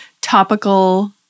topical